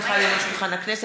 כי הונחה היום על שולחן הכנסת,